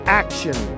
action